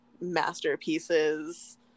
masterpieces